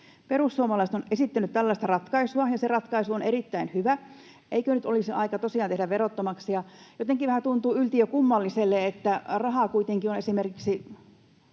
Perussuomalaiset ovat esittäneet tällaista ratkaisua, ja se ratkaisu on erittäin hyvä. Eikö nyt olisi aika tosiaan tehdä se verottomaksi? Jotenkin vähän tuntuu yltiökummalliselta, että rahaa kuitenkin on esimerkiksi